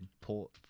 port